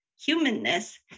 humanness